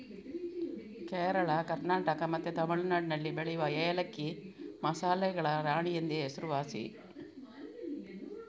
ಕೇರಳ, ಕರ್ನಾಟಕ ಮತ್ತೆ ತಮಿಳುನಾಡಿನಲ್ಲಿ ಬೆಳೆಯುವ ಏಲಕ್ಕಿ ಮಸಾಲೆಗಳ ರಾಣಿ ಎಂದೇ ಹೆಸರುವಾಸಿ